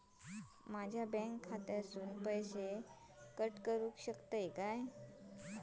माझ्या बँक खात्यासून पैसे कट करुक शकतात काय?